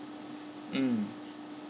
mm